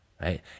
right